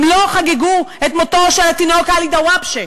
הם לא חגגו את מותו של התינוק עלי דוואבשה,